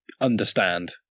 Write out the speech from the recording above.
understand